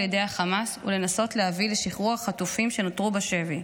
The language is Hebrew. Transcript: ידי החמאס ולנסות להביא לשחרור החטופים שנותרו בשבי,